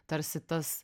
tarsi tas